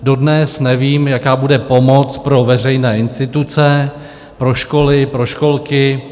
Dodnes nevím, jaká bude pomoc pro veřejné instituce, pro školy, pro školky.